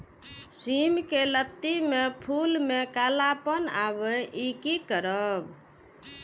सिम के लत्ती में फुल में कालापन आवे इ कि करब?